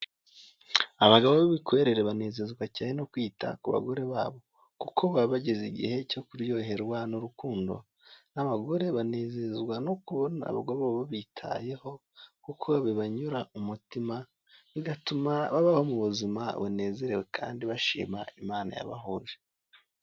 Abagabo b'ibikwerere banezezwa cyane no kwita ku bagore babo kuko baba bageze igihe cyo kuryoherwa n'urukundo; n'abagore banezezwa no kubona abagabo babitayeho kuko bibanyura umutima bigatuma babaho mu buzima bunezerewe kandi bashima imana yabahuje.